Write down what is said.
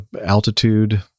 altitude